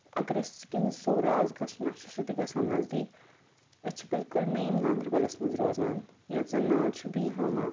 اَگر اَسہِ سِکِمٔز سورا آسہِ گژھُن اَسہِ چھُ سُہ تہِ گژھان نَزدیٖک أسۍ چھِ بِلکُل مین گاندربلَس منٛز روزان یِتھ زَن ناو چھُ بِیٖہاما